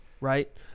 right